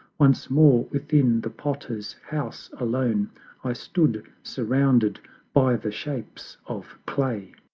once more within the potter's house alone i stood, surrounded by the shapes of clay.